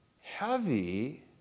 heavy